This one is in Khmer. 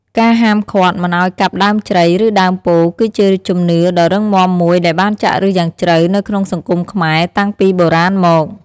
ការហាមឃាត់មិនឱ្យកាប់ដើមជ្រៃ ឬដើមពោធិ៍គឺជាជំនឿដ៏រឹងមាំមួយដែលបានចាក់ឫសយ៉ាងជ្រៅនៅក្នុងសង្គមខ្មែរតាំងពីបុរាណមក។